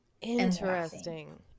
Interesting